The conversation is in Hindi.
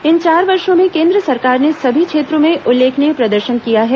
इन चार वर्षों में केंद्र सरकार ने सभी क्षेत्रों में उल्लेखनीय प्रदर्शन किया है